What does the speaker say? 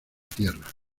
tierra